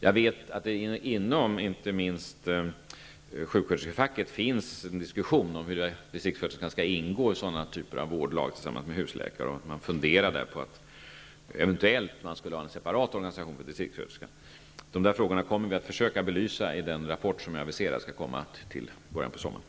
Jag vet att det inte minst inom sjuksköterskefacket förs en diskussion om huruvida distriktssköterskan skall ingå i sådana typer av vårdlag tillsammans med husläkaren. Man funderar eventuellt på en separat organisation för distriktssköterskan. De frågorna kommer vi att försöka belysa i den rapport som jag aviserar skall komma till början av sommaren.